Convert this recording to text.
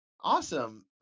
Awesome